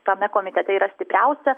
tame komitete yra stipriausia